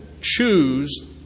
choose